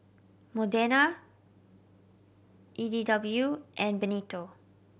Modena E D W and Benito